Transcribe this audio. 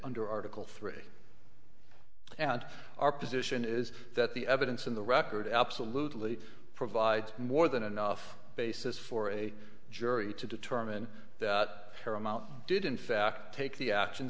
under article three and our position is that the evidence in the record absolutely provides more than enough basis for a jury to determine paramount did in fact take the actions